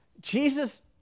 Jesus